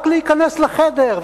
רק להיכנס לחדר,